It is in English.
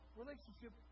relationship